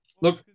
Look